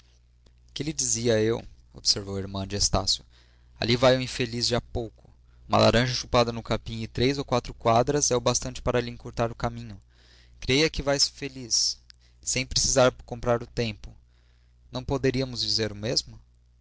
que lhe dizia eu observou a irmã de estácio ali vai o infeliz de há pouco uma laranja chupada no capim e três ou quatro quadras é o bastante para lhe encurtar o caminho creia que vai feliz sem precisar comprar o tempo nós poderíamos dizer o mesmo